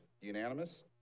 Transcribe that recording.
Unanimous